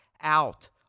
out